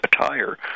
attire